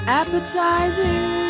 appetizing